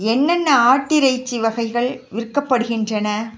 என்னென்ன ஆட்டிறைச்சி வகைகள் விற்கப்படுகின்றன